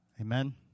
Amen